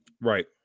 Right